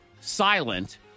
silent